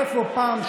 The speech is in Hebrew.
איפה פעם,